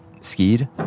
skied